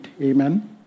Amen